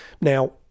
Now